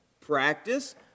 Practice